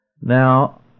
Now